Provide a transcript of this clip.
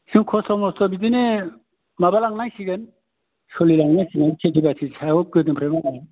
खस्थ' मस्त ' बिदिनो माबालांनांसिगोन सोलिलांनांसिगोन खेथि बाथिनि सायाव गोदोनिफ्रायनो गोसो होग्रा